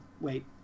Wait